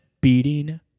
beating